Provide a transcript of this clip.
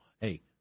hey